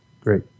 Great